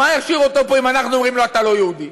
מה ישאיר אותו פה אם אנחנו אומרים לו: אתה לא יהודי?